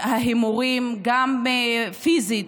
וההימורים, גם פיזית,